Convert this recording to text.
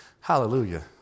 Hallelujah